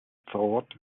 thought